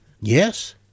Yes